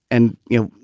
and, you know,